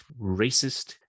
racist